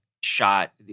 shot